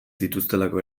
dituztelako